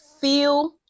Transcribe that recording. feel